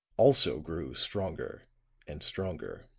also grew stronger and stronger.